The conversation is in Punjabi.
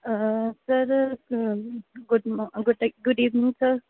ਸਰ ਗੁੱਡ ਗੁੱਡ ਈ ਗੁੱਡ ਈਵਨਿੰਗ ਸਰ